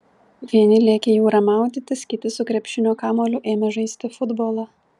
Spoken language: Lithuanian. vieni lėkė į jūrą maudytis kiti su krepšinio kamuoliu ėmė žaisti futbolą